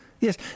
Yes